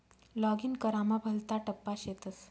login करामा भलता टप्पा शेतस